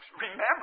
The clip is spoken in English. remember